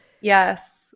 Yes